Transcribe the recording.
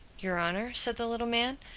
your honor, said the little man,